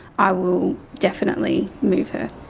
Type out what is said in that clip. i will definitely move her.